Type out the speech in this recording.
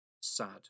sad